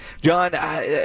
John